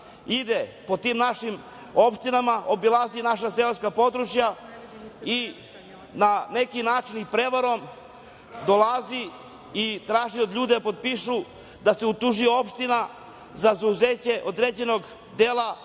ide po tim našim opštinama, obilazi naša seoska područja i na neki način i prevarom dolazi i traži od ljudi da potpišu da se utuži opština za zauzeće određenog dela